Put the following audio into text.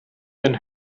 been